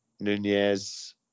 Nunez